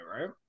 right